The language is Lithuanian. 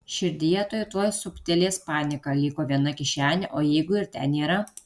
širdyje tuoj tuoj siūbtelės panika liko viena kišenė o jeigu ir ten nėra